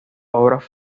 obras